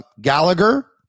Gallagher